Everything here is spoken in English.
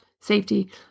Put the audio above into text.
safety